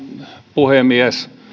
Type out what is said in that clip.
puhemies